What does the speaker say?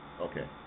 Okay